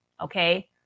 okay